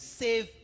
save